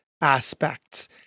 aspects